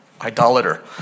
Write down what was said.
idolater